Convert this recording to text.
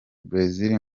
brazil